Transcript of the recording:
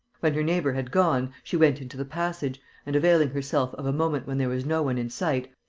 when her neighbour had gone, she went into the passage and, availing herself of a moment when there was no one in sight,